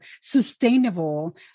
sustainable